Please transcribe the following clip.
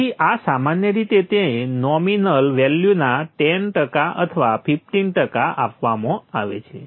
તેથી આ સામાન્ય રીતે તે નોમિનલ વેલ્યુના 10 ટકા અથવા 15 ટકા આપવામાં આવે છે